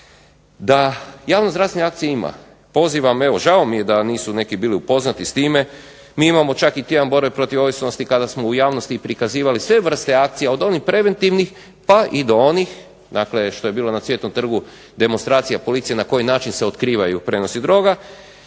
Da javnozdravstvene akcije ima, pozivam evo, žao mi je da nisu neki bili upoznati s time, mi imamo čak i tjedan borbe protiv ovisnosti kada smo u javnosti i prikazivali sve vrste akcija, od onih preventivnih pa i do onih dakle što je bilo na Cvjetnom trgu demonstracija policije na koji način se otkriva i prenosi droga,